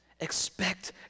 expect